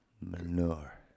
Manure